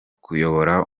kuyobora